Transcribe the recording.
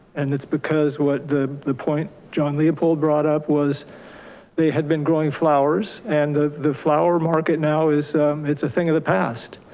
and that's because what the the point john leopold brought up was they had been growing flowers and the the flower market now, it's a thing of the past,